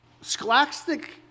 Scholastic